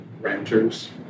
renters